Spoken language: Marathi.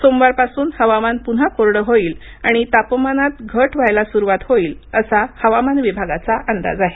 सोमवारपासून हवामान पून्हा कोरडं होईल आणि तापमानात घट व्हायला सुरूवात होईल असा हवामान विभागाचा अंदाज आहे